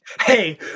Hey